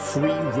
Free